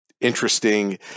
interesting